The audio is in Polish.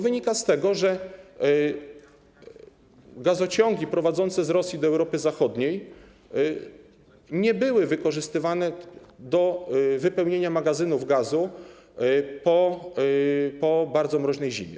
Wynika to z tego, że gazociągi prowadzące z Rosji do Europy Zachodniej nie były wykorzystywane do wypełnienia magazynów gazu po bardzo mroźnej zimie.